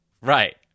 Right